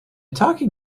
talking